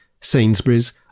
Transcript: Sainsbury's